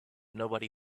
nobody